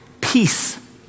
peace